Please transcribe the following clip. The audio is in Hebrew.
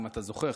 אם אתה זוכר,